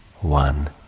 One